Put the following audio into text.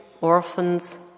orphans